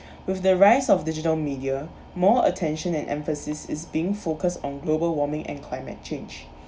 with the rise of digital media more attention and emphasis is being focused on global warming and climate change